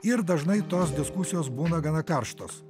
ir dažnai tos diskusijos būna gana karštos